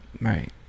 right